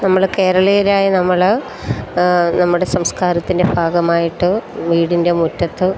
നമ്മൾ കേരളീയരായ നമ്മൾ നമ്മുടെ സംസ്കാരത്തിൻ്റെ ഭാഗമായിട്ട് വീടിൻ്റെ മുറ്റത്ത്